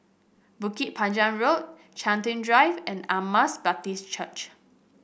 Bukit Panjang Road Chiltern Drive and Emmaus Baptist Church